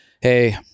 hey